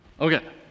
Okay